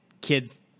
kids